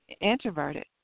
introverted